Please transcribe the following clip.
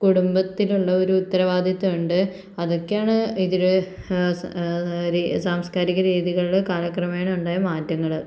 കുടുംബത്തിലുള്ള ഒരു ഉത്തരവാദിത്വം ഉണ്ട് അതൊക്കെയാണ് ഇതിൽ സാ സാംസ്കാരിക രീതികളിൽ കാലക്രമേണ ഉണ്ടായ മാറ്റങ്ങൾ